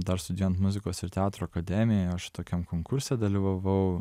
dar studijuojant muzikos ir teatro akademijoj aš tokiam konkurse dalyvavau